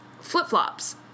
flip-flops